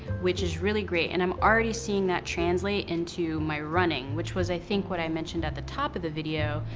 which is really great. and i'm already seeing that translate into my running which was i think what i mentioned at the top of the video,